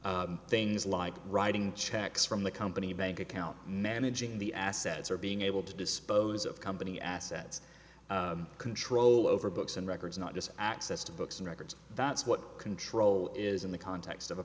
things like writing checks from the company bank account managing the assets or being able to dispose of company assets control over books and records not just access to books and records that's what control is in the context of a